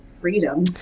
freedom